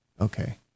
Okay